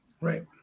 Right